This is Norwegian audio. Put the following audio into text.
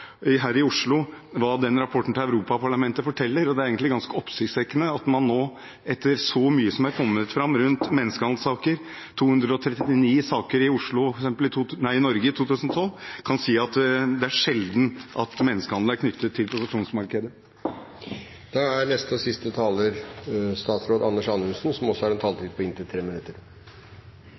her i Oslo, eller rapporten til Europaparlamentet. Det er egentlig ganske oppsiktsvekkende at man nå, etter alt som er kommet fram rundt menneskehandelsaker – 239 saker i Norge i 2012 – kan si at det er sjelden at menneskehandel er knyttet til prostitusjonsmarkedet. Jeg vil takke for en god, men relativt kort debatt. Jeg synes debatten også viser at det er en